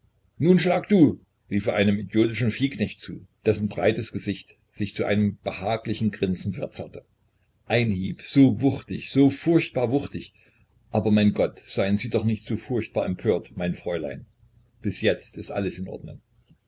nun schlag du rief er einem idiotischen viehknecht zu dessen breites gesicht sich zu einem behaglichen grinsen verzerrte ein hieb so wuchtig so furchtbar wuchtig aber mein gott seien sie doch nicht so furchtbar empört mein fräulein bis jetzt ist alles in ordnung